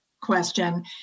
question